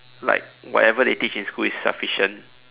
like whatever they teach in school is sufficient